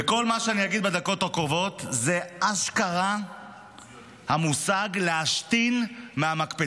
וכל מה שאני אגיד בדקות הקרובות זה אשכרה המושג "להשתין מהמקפצה",